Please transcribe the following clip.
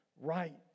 right